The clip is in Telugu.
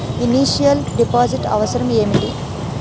ఇనిషియల్ డిపాజిట్ అవసరం ఏమిటి?